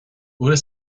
bhfuil